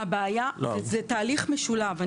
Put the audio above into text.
זה תהליך משולב.